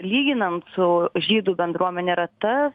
lyginant su žydų bendruomene yra ta